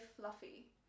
fluffy